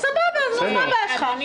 אז מה הבעיה שלך?